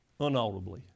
unaudibly